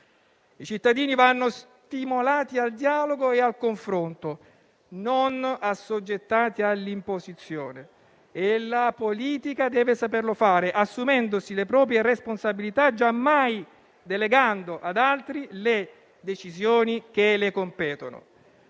I cittadini vanno stimolati al dialogo e al confronto, non assoggettati all'imposizione e la politica deve saperlo fare, assumendosi le proprie responsabilità, giammai delegando ad altri le decisioni che le competono.